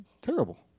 terrible